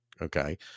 Okay